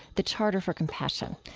the charter for compassion.